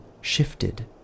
shifted